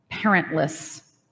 parentless